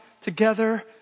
together